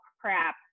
crap